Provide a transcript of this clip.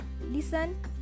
Listen